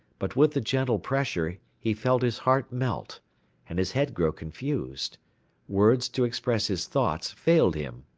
but with the gentle pressure he felt his heart melt and his head grow confused words to express his thoughts failed him.